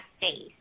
face